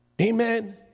Amen